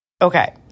Okay